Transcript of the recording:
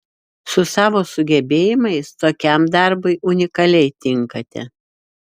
su savo sugebėjimais tokiam darbui unikaliai tinkate